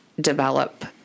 develop